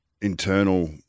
internal